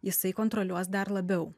jisai kontroliuos dar labiau